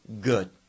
good